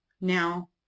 Now